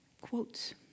Quotes